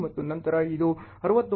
5 ಮತ್ತು ನಂತರ ಇದು 69